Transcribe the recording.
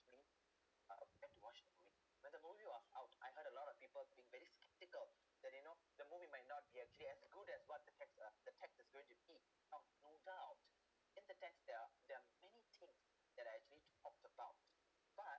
when to watch movie when the movie were out I heard a lot of people being very skeptical that you know the movie might not be actually as good as what the text are the text are going to be out I've doubt in the text there are there are many things that I actually talked about but